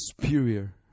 superior